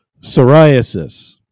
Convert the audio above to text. psoriasis